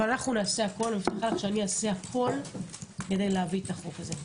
אבל את יודעת שאני אעשה הכול כדי להביא את החוק הזה.